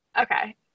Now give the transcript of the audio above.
Okay